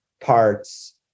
parts